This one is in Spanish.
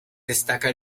destaca